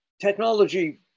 technology